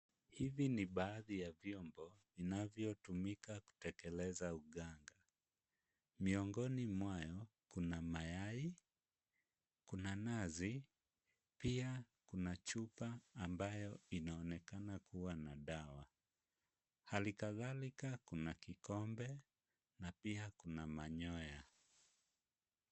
Hivi ni baadhi ya vyombo, vinavyotumika kutekeleza uganga. Miongoni mwayo, kuna mayai, kuna nazi, pia kuna chupa ambayo inaonekana kuwa na dawa. Hali kadhalika kuna kikombe na pia kuna manyoya.